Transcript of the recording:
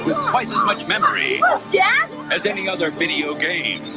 twice as much memory yeah as any other video game.